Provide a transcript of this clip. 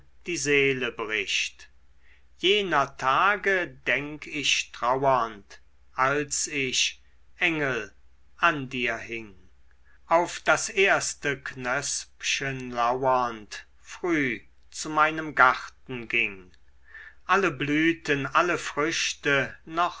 die seele bricht jener tage denk ich trauernd als ich engel an dir hing auf das erste knöspchen lauernd früh zu meinem garten ging alle blüten alle früchte